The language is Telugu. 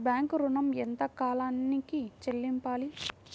బ్యాంకు ఋణం ఎంత కాలానికి చెల్లింపాలి?